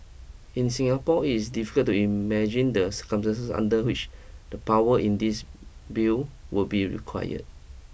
in Singapore it is difficult to imagine the circumstances under which the power in this bill would be required